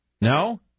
no